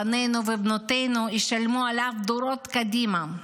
בנינו ובנותינו ישלמו עליו דורות קדימה.